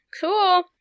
cool